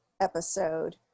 episode